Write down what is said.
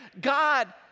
God